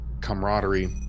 camaraderie